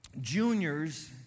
juniors